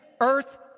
earth